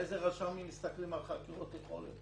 איזה רשמים מסתכלים על חקירות יכולת?